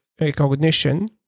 recognition